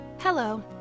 Hello